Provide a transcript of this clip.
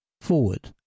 Forward